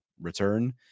return